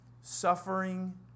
Suffering